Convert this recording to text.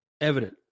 evident